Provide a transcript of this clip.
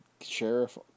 sheriff